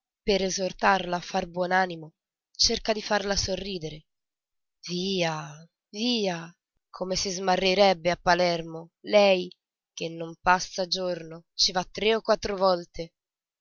per esortarla a far buon animo cerca di farla sorridere via via come si smarrirebbe a palermo lei che non passa giorno ci va tre e quattro volte